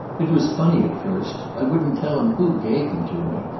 it was funny at first. i wouldn't tell him who gave them to me.